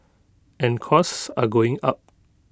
and costs are going up